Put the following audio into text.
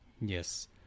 Yes